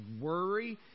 worry